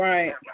Right